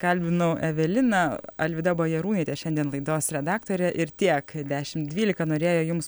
kalbinau eveliną alvyda bajarūnaitė šiandien laidos redaktorė ir tiek dešim dvylika norėjo jums